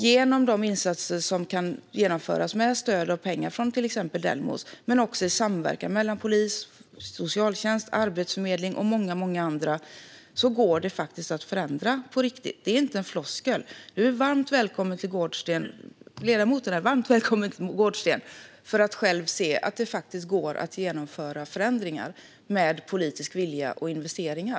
Genom de insatser som kan genomföras med stöd av pengar från till exempel Delmos men också i samverkan mellan polis, socialtjänst, arbetsförmedling och många andra går det faktiskt att förändra på riktigt. Det är inte en floskel. Ledamoten är varmt välkommen till Gårdsten för att själv se att det faktiskt går att genomföra förändringar med politisk vilja och investeringar.